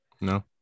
No